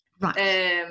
Right